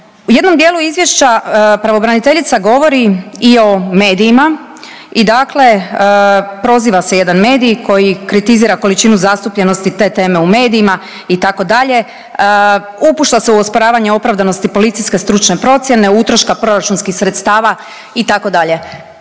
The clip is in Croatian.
U jednom dijelu izvješća pravobraniteljica govori i o medijima i dakle proziva se jedan medij koji kritizira količinu zastupljenosti te teme u medijima itd., upušta se u osporavanje opravdanosti policijske stručne procjene, utroška proračunskih sredstava itd.